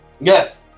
Yes